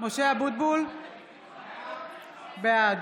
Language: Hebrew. (קוראת בשמות חברי הכנסת) משה אבוטבול, בעד